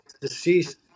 deceased